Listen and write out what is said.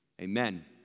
Amen